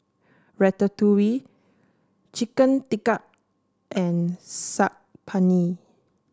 Ratatouille Chicken Tikka and Saag Paneer